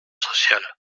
sociale